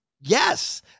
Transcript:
Yes